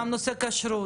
את הנושא של כשרות,